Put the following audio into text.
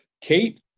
Kate